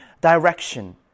direction